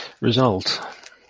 result